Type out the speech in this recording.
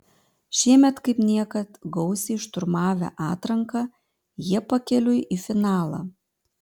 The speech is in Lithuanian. šiemet kaip niekad gausiai šturmavę atranką jie pakeliui į finalą